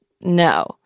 no